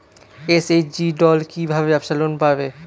SHG দল কী ভাবে ব্যাবসা লোন পাবে?